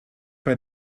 bei